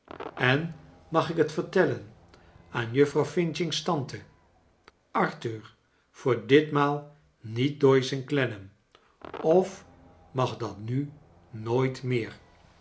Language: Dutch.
en mag ik het vertellen aan juffrouw f's tante arthur voor ditmaal niet doyce en clennam of mag dat nu nooit meer